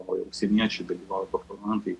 o ir užsieniečiai dalyvauja doktorantai